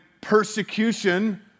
persecution